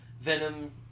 Venom